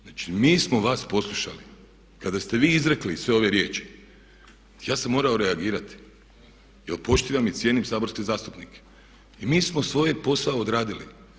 Znači, mi smo vas poslušali kada ste vi izrekli sve ove riječi ja sam morao reagirati jer poštivam i cijenim saborske zastupnike i mi smo svoj posao odradili.